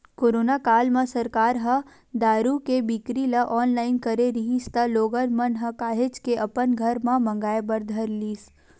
corona काल म सरकार ह दारू के बिक्री ल ऑनलाइन करे रिहिस त लोगन मन ह काहेच के अपन घर म मंगाय बर धर लिस